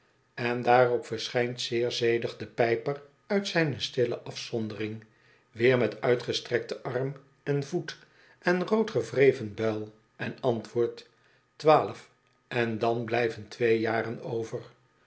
en daarop verschijnt zeer zedig de pijper uit zijne stille afzondering weer met uitgestrekten arm en voet en rood gewreven buil en antwoordt twaalf en dan blijven twee jaren over